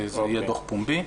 זה יהיה דוח פומבי.